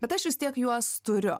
bet aš vis tiek juos turiu